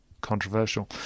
controversial